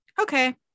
Okay